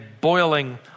boiling